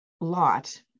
lot